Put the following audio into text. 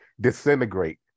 disintegrate